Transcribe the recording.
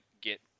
get